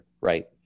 right